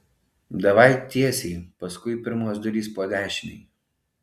davai tiesiai paskui pirmos durys po dešinei